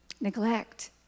Neglect